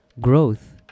Growth